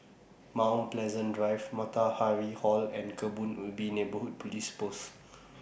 Mount Pleasant Drive Matahari Hall and Kebun Ubi Neighbourhood Police Post